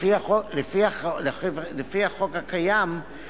לפי החוק הקיים,